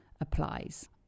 applies